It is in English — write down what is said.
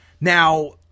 Now